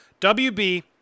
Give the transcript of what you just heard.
WB